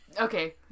Okay